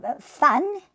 Fun